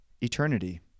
eternity